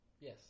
Yes